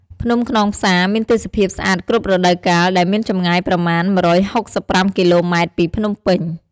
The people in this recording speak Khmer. ភ្នំខ្នងផ្សា មានទេសភាពស្អាតគ្រប់រដូវកាល ដែលមានចម្ងាយប្រមាណ១៦៥គីឡូម៉ែត្រពីភ្នំពេញ។